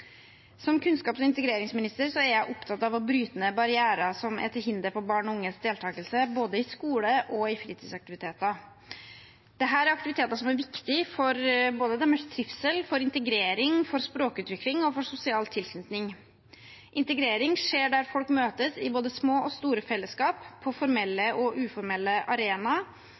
Som kunnskaps- og integreringsminister er jeg opptatt av å bryte ned barrierer som er til hinder for barn og unges deltakelse både i skole og i fritidsaktiviteter. Dette er aktiviteter som er viktig både for deres trivsel, integrering, språkutvikling og for sosial tilknytning. Integrering skjer der folk møtes i både små og store fellesskap, på formelle og uformelle arenaer,